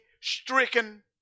stricken